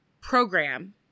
program